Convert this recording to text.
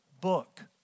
book